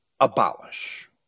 abolish